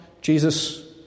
Jesus